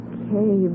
Okay